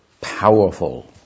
powerful